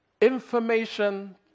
Information